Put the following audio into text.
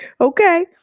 Okay